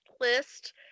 list